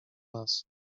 nas